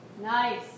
Nice